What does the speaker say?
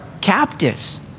captives